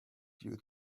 due